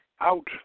out